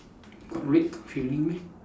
got red filling meh